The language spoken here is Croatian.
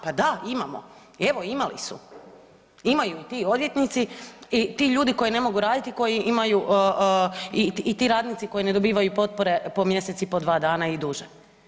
Pa da imamo, evo imali su, imaju ti odvjetnici i ti ljudi koji ne mogu raditi i ti radnici koji ne dobivaju potpore po mjesec i po dva dana i duže.